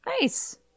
Nice